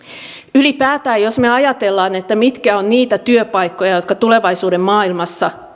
ylipäätään jos ajatellaan mitkä ovat niitä työpaikkoja jotka tulevaisuuden maailmassa